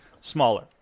smaller